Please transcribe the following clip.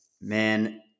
man